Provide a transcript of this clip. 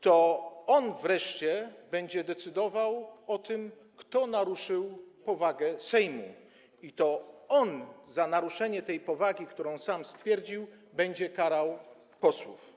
To on wreszcie będzie decydował o tym, kto naruszył powagę Sejmu, i to on za naruszenie tej powagi, którą sam stwierdził, będzie karał posłów.